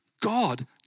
God